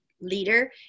leader